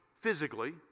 physically